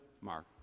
mark